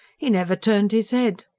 he never turned his head.